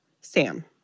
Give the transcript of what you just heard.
Sam